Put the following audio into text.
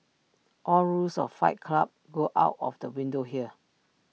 all rules of fight club go out of the window here